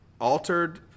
altered